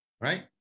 right